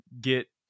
get